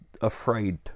afraid